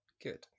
good